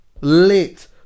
lit